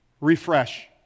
Refresh